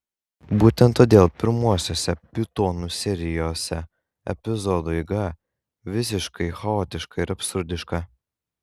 būtent todėl pirmuosiuose pitonų serijose epizodų eiga visiškai chaotiška ir absurdiška